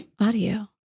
Audio